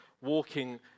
walking